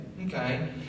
okay